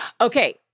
Okay